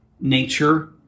nature